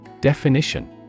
Definition